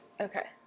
Okay